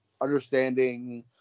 understanding